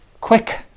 Quick